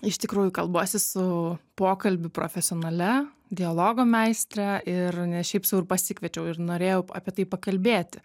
iš tikrųjų kalbuosi su pokalbiu profesionalia dialogo meistre ir ne šiaip sau ir pasikviečiau ir norėjau apie tai pakalbėti